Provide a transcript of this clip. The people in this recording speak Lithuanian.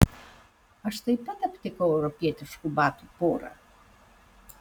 aš taip pat aptikau europietiškų batų porą